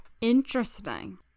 Interesting